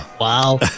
Wow